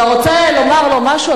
אתה רוצה לומר לו משהו,